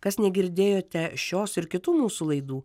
kas negirdėjote šios ir kitų mūsų laidų